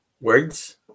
words